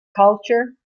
culture